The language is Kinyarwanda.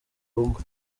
rugo